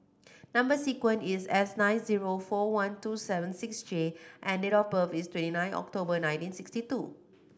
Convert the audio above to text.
number sequence is S nine zero four one two seven six J and date of birth is twenty nine October nineteen sixty two